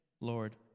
Lord